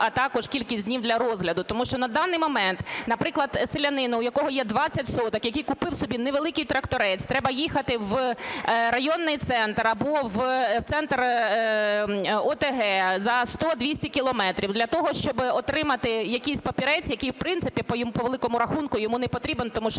а також кількість днів для розгляду. Тому що на даний момент, наприклад, селянину, в якого є 20 соток, який купив собі невеликий тракторець, треба їхати в районний центр або в центр ОТГ за 100-200 кілометрів для того, щоб отримати якийсь папірець, який, в принципі, по великому рахунку, йому не потрібний, тому що